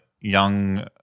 young